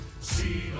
See